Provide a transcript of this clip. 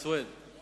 אני